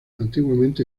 antiguamente